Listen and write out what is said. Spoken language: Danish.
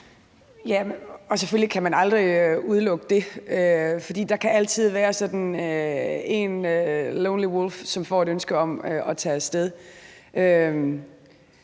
selvfølgelig kan man aldrig udelukke det, for der kan altid være sådan en lonely woolf, som får et ønske om at tage af sted.